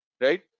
right